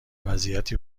وضعیتی